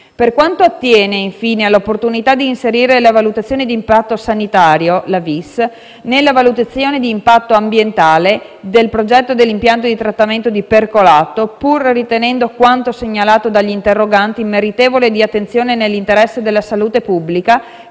Per quanto attiene, infine, all'opportunità di inserire la valutazione di impatto sanitario (VIS) nella valutazione di impatto ambientale del progetto dell'impianto di trattamento di percolato, pur ritenendo quanto segnalato dagli interroganti meritevole di attenzione nell'interesse della salute pubblica,